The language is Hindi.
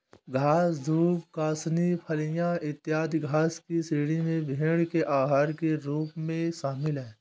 घास, दूब, कासनी, फलियाँ, इत्यादि घास की श्रेणी में भेंड़ के आहार के रूप में शामिल है